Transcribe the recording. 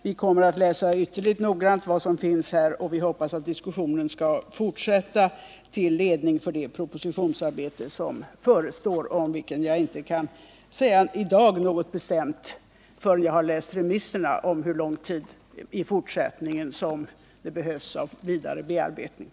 Vi kommer att ytterligt noggrant läsa alla remisser och vi hoppas att diskussionen skall fortsätta till ledning för det propositionsarbete som förestår och om vilket jag inte kan säga något bestämt förrän jag läst remisserna. Jag vet alltså inte i dag hur lång tid det behövs för den fortsatta bearbetningen.